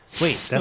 Wait